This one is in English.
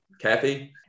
Kathy